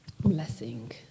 blessing